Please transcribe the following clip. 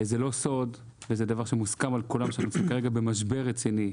זה לא סוד וזה דבר שמוסכם על כולם שאנחנו נמצאים כרגע במשבר רציני.